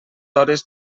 hores